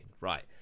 Right